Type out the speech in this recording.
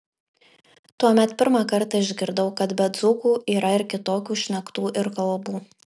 tuomet pirmą kartą išgirdau kad be dzūkų yra ir kitokių šnektų ir kalbų